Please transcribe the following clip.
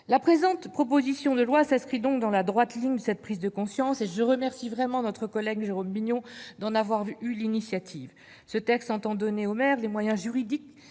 La présente proposition de loi s'inscrit donc dans la droite ligne de cette prise de conscience. Je remercie vraiment notre collègue Jérôme Bignon d'en avoir eu l'initiative. Ce texte entend donner aux maires les moyens juridiques